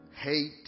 hate